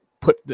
put